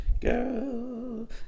girl